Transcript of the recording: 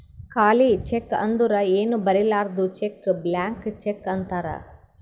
ಖಾಲಿ ಚೆಕ್ ಅಂದುರ್ ಏನೂ ಬರಿಲಾರ್ದು ಚೆಕ್ ಬ್ಲ್ಯಾಂಕ್ ಚೆಕ್ ಅಂತಾರ್